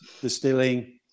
distilling